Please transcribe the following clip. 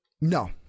No